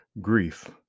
Grief